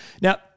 Now